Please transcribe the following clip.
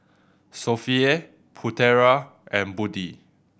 Sofea Putera and Budi